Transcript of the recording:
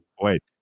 wait